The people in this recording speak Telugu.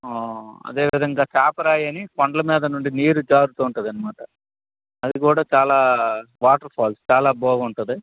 ఆ అదేవిధంగా చాపరాయి అని కొండల మీద నుండి నీరు జారుతూ ఉంటుంది అన్నమాట అది కూడా చాలా వాటర్ఫాల్స్ చాలా బాగుంటుంది